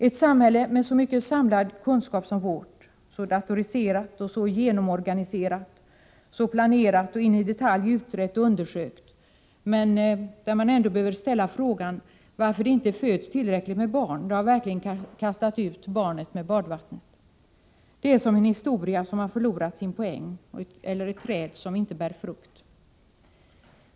Ett samhälle med så mycket samlad kunskap som vårt, så datoriserat, så genomorganiserat, så planerat och in i detalj utrett och undersökt men där man ändå behöver ställa frågan varför det inte föds tillräckligt med barn, då har man verkligen kastat ut barnet med badvattnet. Det är som en historia som har förlorat sin poäng eller ett träd som inte bär frukt.